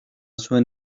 zuen